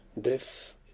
Death